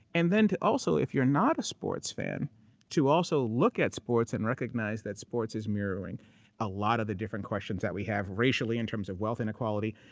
and then also, if you're not a sports fan to also look at sports and recognize that sports is mirroring a lot of the different questions that we have racially in terms of wealth inequality,